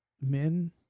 men